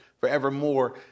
forevermore